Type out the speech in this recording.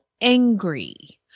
angry